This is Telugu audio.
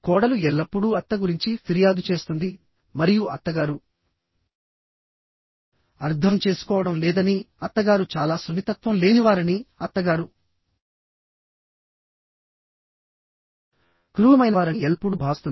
కోడలు ఎల్లప్పుడూ అత్త గురించి ఫిర్యాదు చేస్తుంది మరియు అత్తగారు అర్థం చేసుకోవడం లేదనిఅత్తగారు చాలా సున్నితత్వం లేనివారనిఅత్తగారు క్రూరమైనవారని ఎల్లప్పుడూ భావిస్తుంది